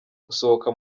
gusohoka